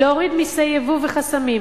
להוריד מסי יבוא וחסמים,